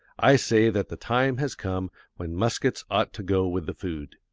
i say that the time has come when muskets ought to go with the food.